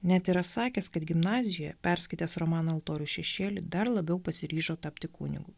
net yra sakęs kad gimnazijoje perskaitęs romaną altorių šešėly dar labiau pasiryžo tapti kunigu